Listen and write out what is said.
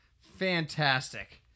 Fantastic